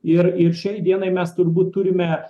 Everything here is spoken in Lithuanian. ir ir šiai dienai mes turbūt turime